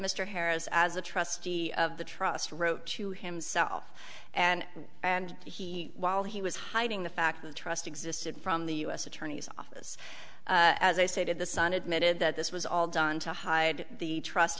mr harris as a trustee of the trust wrote to himself and and he while he was hiding the fact the trust existed from the u s attorney's office as i stated the son admitted that this was all done to hide the trust